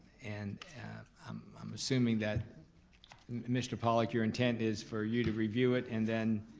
and and i'm assuming that mr. pollock, your intent is for you to review it, and then